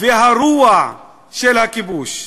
והרוע של הכיבוש.